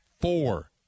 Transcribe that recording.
four